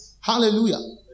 Hallelujah